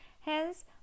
hence